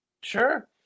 Sure